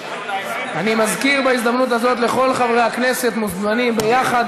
אני מזכיר בהזדמנות הזאת לכל חברי הכנסת: מוזמנים ביחד